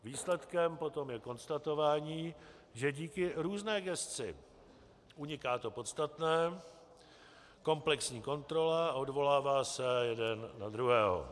Výsledkem potom je konstatování, že díky různé gesci uniká to podstatné, komplexní kontrola, odvolává se jeden na druhého.